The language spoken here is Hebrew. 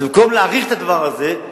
אז במקום להעריך את הדבר הזה,